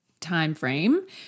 timeframe